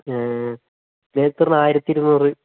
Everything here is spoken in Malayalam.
സിഗ്നേച്ചറിന് ആയിരത്തി ഇരുന്നൂറ്